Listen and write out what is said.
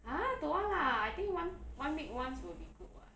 !huh! don't want lah I think one one week once will be good [what]